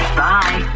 bye